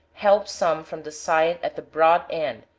help some from the side at the broad end,